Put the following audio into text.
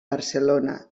barcelona